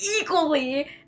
equally